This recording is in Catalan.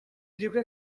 llibre